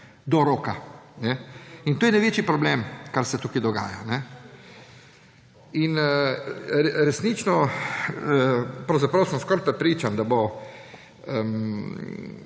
do roka. In to je največji problem, kar se tukaj dogaja. Resnično pravzaprav sem skoraj prepričan, da bo